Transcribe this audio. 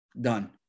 done